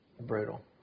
brutal